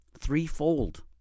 threefold